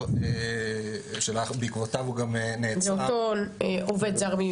נעצר --- אותו עובד זר.